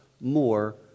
more